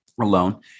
Alone